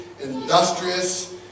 industrious